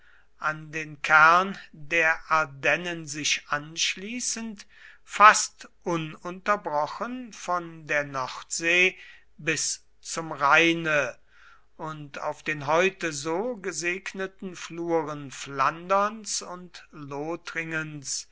an den kern der ardennen sich anschließend fast ununterbrochen von der nordsee bis zum rheine und auf den heute so gesegneten fluren flanderns und lothringens